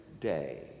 day